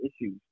issues